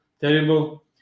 terrible